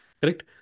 correct